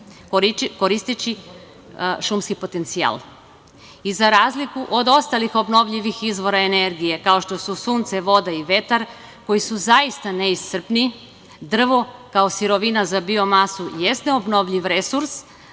koristeći šumski potencijal.Za razliku od ostalih obnovljivih izvora energije, kao što su sunce, voda i vetar, koji su zaista neiscrpni, drvo kao sirovina za biomasu jeste obnovljiv resurs,